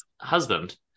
husband